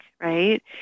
right